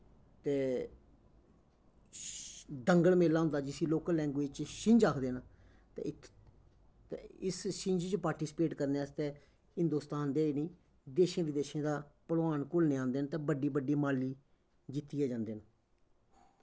ते दंगल मेला होंदा जिसी लोकल लैंग्विज च छिंज आखदे न ते इक ते इस छिंज च पाटिस्पेट करनै आस्तै हिन्दोस्तान दे गै नेईं देशें बदेशें दा पलवान घुलने गी आंदे न ते बड्डी बड्डी माली जित्तियै जंदे न